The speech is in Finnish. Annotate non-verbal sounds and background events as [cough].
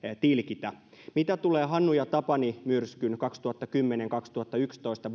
tilkitä mitä tulee hannu ja tapani myrskyjen vuodenvaihteessa kaksituhattakymmenen viiva kaksituhattayksitoista [unintelligible]